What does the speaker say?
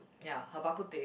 ya her bak-kut-teh